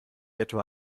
etwa